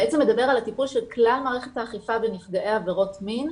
הוא בעצם מדבר על הטיפול של כלל מערכת האכיפה בנפגעי עבירות מין,